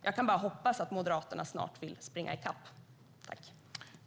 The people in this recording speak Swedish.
Jag kan bara hoppas att Moderaterna snart vill springa i kapp oss.